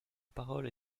parole